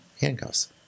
handcuffs